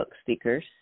speakers